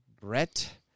Brett